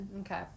Okay